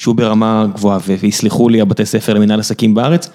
שהוא ברמה גבוהה והסליחו לי הבתי ספר למנהל עסקים בארץ.